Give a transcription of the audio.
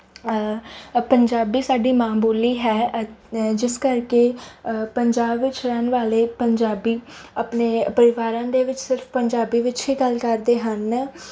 ਪੰਜਾਬੀ ਸਾਡੀ ਮਾਂ ਬੋਲੀ ਹੈ ਐ ਜਿਸ ਕਰਕੇ ਪੰਜਾਬ ਵਿੱਚ ਰਹਿਣ ਵਾਲੇ ਪੰਜਾਬੀ ਆਪਣੇ ਪਰਿਵਾਰਾਂ ਦੇ ਵਿੱਚ ਸਿਰਫ ਪੰਜਾਬੀ ਵਿੱਚ ਹੀ ਗੱਲ ਕਰਦੇ ਹਨ